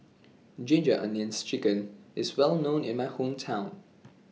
Ginger Onions Chicken IS Well known in My Hometown